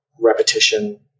repetition